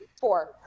Four